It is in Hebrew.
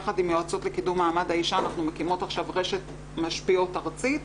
יחד עם יועצות לקידום מעמד האשה אנחנו מקימות עכשיו רשת משפיעות ארצית,